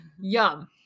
Yum